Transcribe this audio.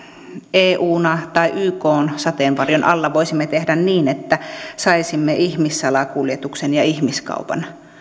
euna tai ykn sateenvarjon alla voisimme tehdä niin että saisimme ihmissalakuljetuksen ja ihmiskaupan